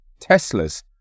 Teslas